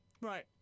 Right